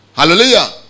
Hallelujah